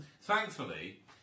Thankfully